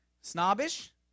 Snobbish